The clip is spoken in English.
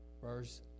verse